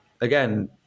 Again